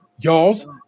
Y'all's